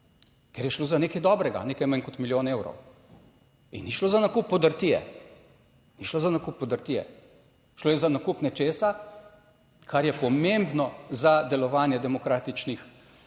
ker je šlo za nekaj dobrega, nekaj manj kot milijon evrov, in ni šlo za nakup podrtije, ni šlo za nakup podrtije. Šlo je za nakup nečesa, kar je pomembno za delovanje demokratičnih